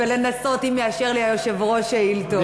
ולנסות, אם יאשר לי היושב-ראש שאילתות.